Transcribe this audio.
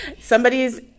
somebody's